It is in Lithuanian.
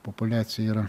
populiacija yra